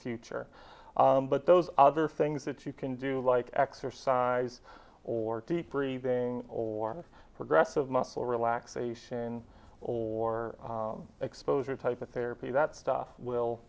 future but those other things that you can do like exercise or deep breathing or progressive muscle relaxation or exposure type of therapy that stuff will